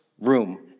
room